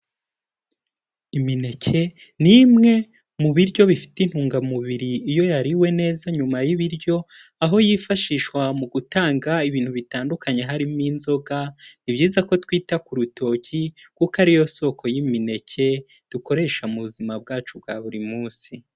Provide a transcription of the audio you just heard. Imineke ni imwe mu biryo bifite intungamubiri iyo yariwe neza nyuma y'ibiryo, aho yifashishwa mu gutanga ibintu bitandukanye harimo inzoga, ni byiza ko twita ku rutoki kuko ari yo soko y'imineke dukoresha mu buzima bwacu bwa buri munsi.